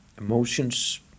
emotions